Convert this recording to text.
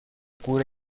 cura